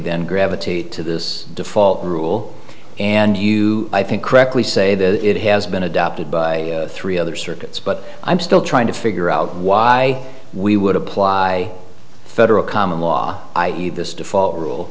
then gravitate to this default rule and you i think correctly say that it has been adopted by three other circuits but i'm still trying to figure out why we would apply federal common law i e this default rule